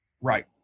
Right